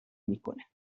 میکنه